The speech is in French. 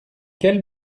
quels